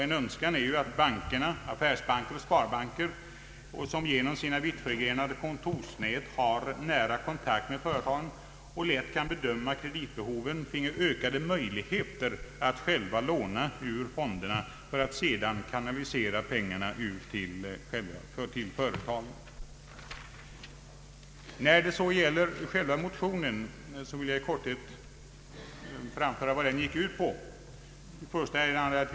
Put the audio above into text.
En önskan är att bankerna, affärsbanker och sparbanker, som genom sina vittförgrenade kontorsnät har nära kontakt med företagen och lätt kan bedöma deras kreditbehov finge ökade möjligheter att själva låna ur AP-fonderna för att därefter kanalisera pengarna ut till företagen. Jag vill med några ord beröra vad vår motion går ut på.